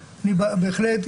בהחלט,